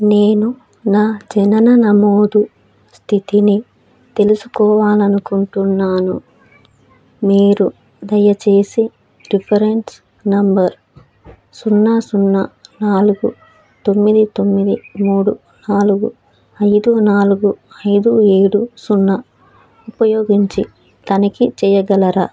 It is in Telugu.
నేను నా జనన నమోదు స్థితిని తెలుసుకోవాలనుకుంటున్నాను మీరు దయచేసి రిఫరెన్స్ నెంబర్ సున్నా సున్నా నాలుగు తొమ్మిది తొమ్మిది మూడు నాలుగు ఐదు నాలుగు ఐదు ఏడు సున్నా ఉపయోగించి తనిఖీ చేయగలరా